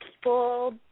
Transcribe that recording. people